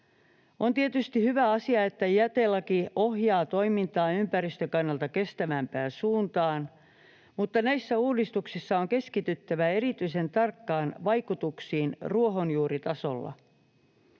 On tietysti hyvä asia, että jätelaki ohjaa toimintaa ympäristön kannalta kestävämpään suuntaan, mutta näissä uudistuksissa on keskityttävä erityisen tarkkaan vaikutuksiin ruohonjuuritasolla.